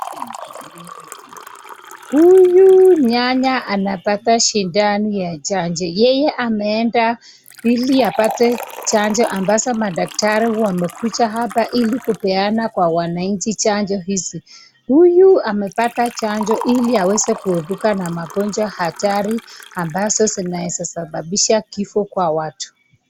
Huyu nyanya anapata sindano ya chanjo. Yeye ameenda ili apate chanjo ambazo madaktari wamekuja hapa ili kupeana kwa wananchi chanjo hizi. Huyu amepata chanjo ili aweze kuepuka na magonjwa hatari ambazo zinaeza sababisha kifo kwa watu.